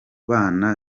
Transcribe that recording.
bana